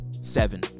seven